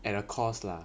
at a cost lah